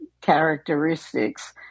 characteristics